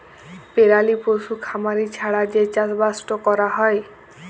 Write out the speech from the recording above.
পেরালি পশু খামারি ছাড়া যে চাষবাসট ক্যরা হ্যয়